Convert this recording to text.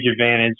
advantage